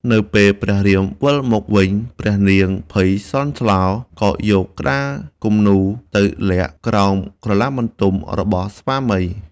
នៅពេលព្រះរាមវិលមកវិញ ព្រះនាងភ័យស្លន់ស្លោក៏យកក្តារគំនូរទៅលាក់ក្រោមក្រឡាបន្ទំរបស់ស្វាមី។